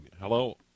Hello